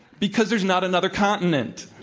because there's not another continent.